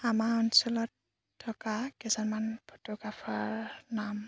আমাৰ অঞ্চলত থকা কিছুমান ফটোগ্ৰাফাৰ নাম